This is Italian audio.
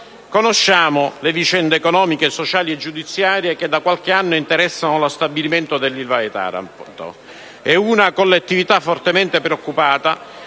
Conosciamo le vicende economiche, sociali e giudiziarie che da qualche anno interessano lo stabilimento dell'Ilva di Taranto. È una collettività fortemente preoccupata